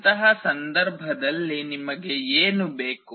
ಅಂತಹ ಸಂದರ್ಭದಲ್ಲಿ ನಿಮಗೆ ಏನು ಬೇಕು